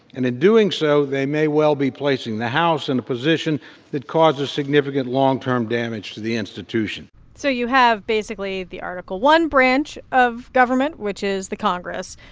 and in doing so, they may well be placing the house in a position that causes significant long-term damage to the institution so you have basically the article i branch of government, which is the congress,